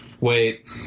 wait